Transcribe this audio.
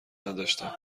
نداشتم